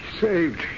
saved